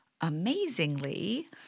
amazingly